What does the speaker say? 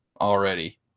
already